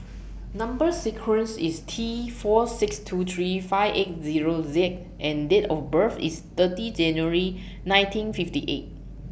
Number sequence IS T four six two three five eight Zero Z and Date of birth IS thirty January nineteen fifty eight